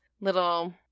little